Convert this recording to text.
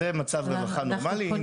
זה מצב רווחה נורמלי,